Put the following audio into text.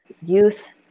youth